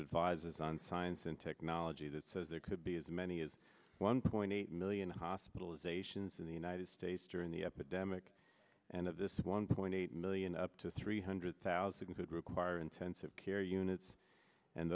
advisors on science and technology that says there could be as many as one point eight million hospitalizations in the united states during the epidemic and of this one point eight million up to three hundred thousand could require intensive care units and